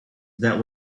that